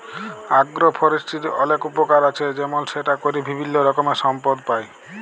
আগ্র ফরেষ্ট্রীর অলেক উপকার আছে যেমল সেটা ক্যরে বিভিল্য রকমের সম্পদ পাই